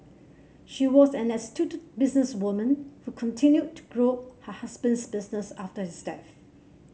she was an astute businesswoman who continued to grow her husband's business after his death